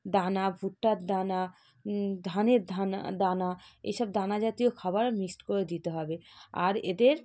দানা ভুট্টার দানা ধানের দানা এইসব দানা জাতীয় খাওয়ার মিক্সড করে দিতে হবে আর এদের